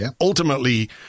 ultimately